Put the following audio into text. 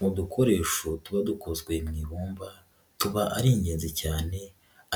Mu dukoresho tuba dukozwe mu ibumba, tuba ari ingenzi cyane